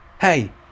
Hey